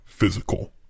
physical